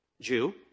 Jew